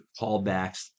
callbacks